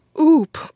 oop